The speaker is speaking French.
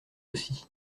aussi